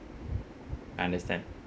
I understand